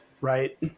right